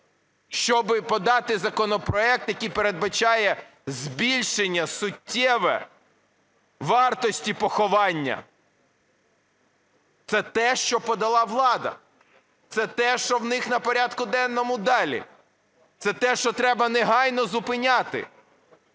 щоб подати законопроект, який передбачає збільшення суттєве вартості поховання. Це те, що подала влада, це те, що у них на порядку денному далі. Це те, що треба негайно зупиняти.